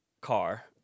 car